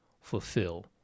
fulfill